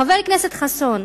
חבר הכנסת חסון,